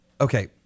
okay